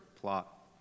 plot